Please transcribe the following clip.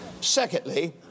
Secondly